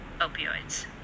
opioids